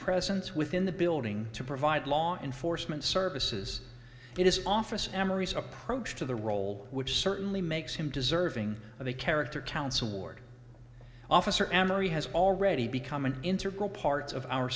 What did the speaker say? presence within the building to provide law enforcement services it is office emery's approach to the role which certainly makes him deserving of a character counts award officer emery has already become an integral part of our